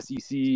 SEC